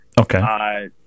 Okay